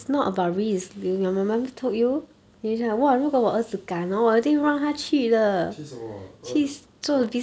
去什么 what the what